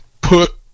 put